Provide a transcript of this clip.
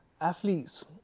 Athletes